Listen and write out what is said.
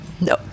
no